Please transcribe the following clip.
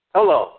Hello